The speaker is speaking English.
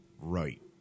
right